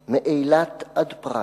הבא:/ מאילת עד פרת